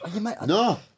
No